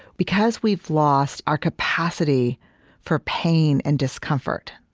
because we've lost our capacity for pain and discomfort,